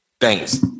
Thanks